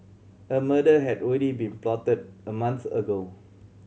a murder had already been plotted a month ago